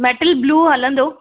metal blue हलंदो